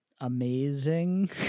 amazing